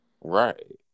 Right